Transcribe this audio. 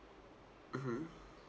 mmhmm